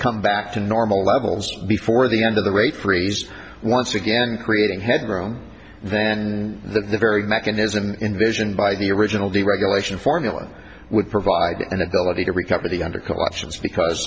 come back to normal levels before the end of the rate freeze once again creating headroom then the very mechanism invision by the original deregulation formula would provide an ability to recover the under collections because